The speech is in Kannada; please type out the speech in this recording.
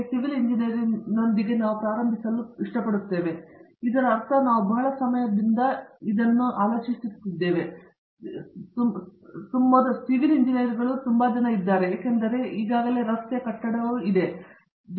ಸಿವಿಲ್ ಇಂಜಿನಿಯರಿಂಗ್ನೊಂದಿಗೆ ನಾವು ಪ್ರಾರಂಭಿಸಲು ಇಷ್ಟಪಡುತ್ತೇವೆ ಇದರ ಅರ್ಥ ನಾವು ಬಹಳ ಸಮಯದವರೆಗೆ ಇದ್ದೇವೆ ಮತ್ತು ನಾನು ಮನಸ್ಸಿನಲ್ಲಿ ಯೋಚಿಸಿದಲ್ಲೆಲ್ಲಾ ಇಲ್ಲಿಗೆ ಬಂದ ಮೊದಲ ಜನರು ಸಿವಿಲ್ ಎಂಜಿನಿಯರ್ಗಳು ಏಕೆಂದರೆ ರಸ್ತೆ ಅಲ್ಲಿ ಈಗಾಗಲೇ ಇದೆ ಮತ್ತು ಕಟ್ಟಡವು ಈಗಾಗಲೇ ಇದೆ